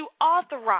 authorize